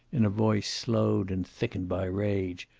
in a voice slowed and thickened by rage.